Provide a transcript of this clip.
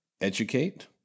educate